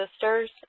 sisters